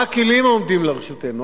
מה הכלים העומדים לרשותנו?